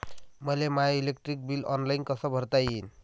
मले माय electric bill online कस भरता येईन?